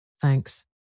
Thanks